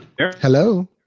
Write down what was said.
Hello